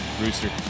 Rooster